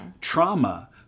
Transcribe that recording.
Trauma